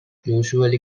usually